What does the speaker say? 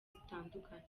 zitandukanye